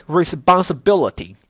responsibility